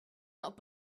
not